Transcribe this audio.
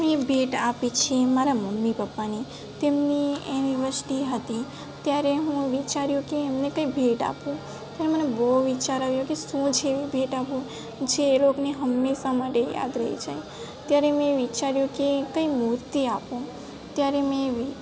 મેં ભેટ આપી છે મારાં મમ્મી પપ્પાને તેમની એનીવર્સરી હતી ત્યારે હું વિચાર્યું કે એમને કંઈ ભેટ આપું પણ મને બહુ વિચાર આવ્યો કે શું જેવી ભેટ આપું જે એ લોકોને હંમેશા માટે યાદ રહી જાય ત્યારે મેં વિચાર્યું કે કંઈ મૂર્તિ આપું ત્યારે મેં